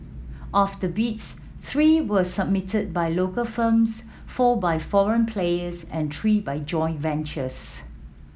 of the bids three were submitted by local firms four by foreign players and three by joint ventures